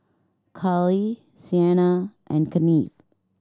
Carly Sienna and Kennith